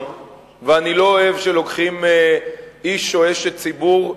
ואני לא אוהב שלוקחים איש או אשת ציבור,